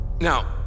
Now